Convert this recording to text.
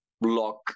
block